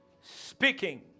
speaking